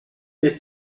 mir